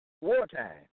wartime